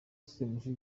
semushi